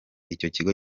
ikigo